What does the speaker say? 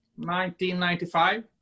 1995